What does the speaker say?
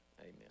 amen